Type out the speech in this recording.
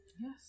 Yes